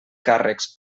càrrecs